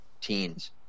teens